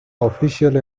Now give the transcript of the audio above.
official